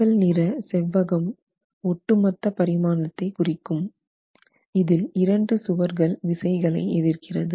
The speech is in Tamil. சாம்பல் நிற செவ்வகம் ஒட்டுமொத்த பரிமாணத்தை குறிக்கும் இதில் இரண்டு சுவர்கள் விசைகளை எதிர்க்கிறது